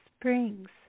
springs